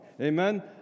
Amen